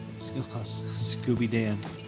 Scooby-Dan